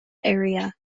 area